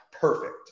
perfect